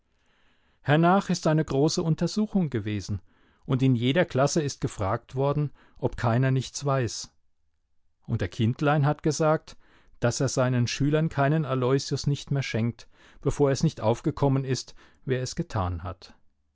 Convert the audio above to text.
hernach ist eine große untersuchung gewesen und in jeder klasse ist gefragt worden ob keiner nichts weiß und der kindlein hat gesagt daß er seinen schülern keinen aloysius nicht mehr schenkt bevor es nicht aufgekommen ist wer es getan hat